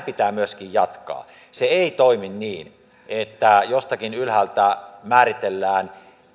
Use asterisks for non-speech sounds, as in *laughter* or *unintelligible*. *unintelligible* pitää myöskin jatkaa se ei toimi niin että jostakin ylhäältä määritellään